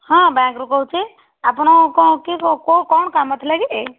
ହଁ ବ୍ୟାଙ୍କରୁ କହୁଛି ଆପଣ କ'ଣ କିଏ କ'ଣ କାମ ଥିଲା କି